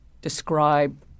describe